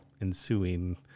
ensuing